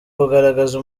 kugaragaza